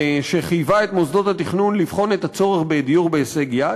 שחייבה את מוסדות התכנון לבחון את הצורך בדיור בהישג יד,